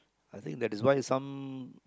I think that is why some